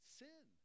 sin